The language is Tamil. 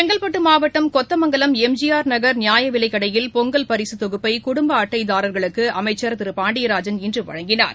செங்கல்பட்டு மாவட்டம் Kothamangalam M G R Nagar நியாய விலைக்கடையில் பொங்கல் பரிசு தொகுப்பினை குடும்ப அட்டைதாரர்களுக்கு அமைச்சர் பாண்டியராஜன் இன்று வழங்கினார்